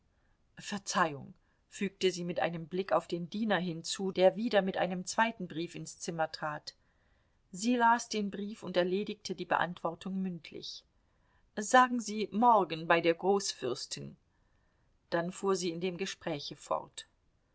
verzeihung fügte sie mit einem blick auf den diener hinzu der wieder mit einem zweiten brief ins zimmer trat sie las den brief und erledigte die beantwortung mündlich sagen sie morgen bei der großfürstin dann fuhr sie in dem gespräche fort